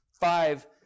five